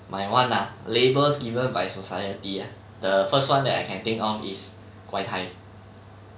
my [one] ah labels given by society ah the first [one] that I can think of is 怪胎